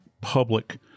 public